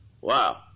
Wow